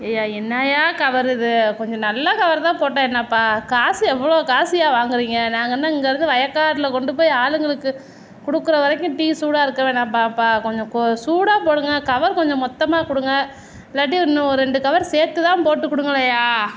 ஐயா என்னாயா கவரு இது கொஞ்சம் நல்ல கவரு தான் போட்டா என்னாப்பா காசு எவ்வளோ காசுயா வாங்குறீங்க நாங்கள் என்ன இங்கே இருந்து வயக்காட்டில் கொண்டு போய் ஆளுங்களுக்கு கொடுக்கற வரைக்கும் டீ சூடாக இருக்க வேணாப்பாப்பா கொஞ்சம் சூடாப் போடுங்க கவர் கொஞ்சம் மொத்தமாக கொடுங்க இல்லாட்டி இன்னும் ஒரு ரெண்டு கவர் சேர்த்து தான் போட்டு கொடுங்களேன்யா